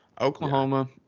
Oklahoma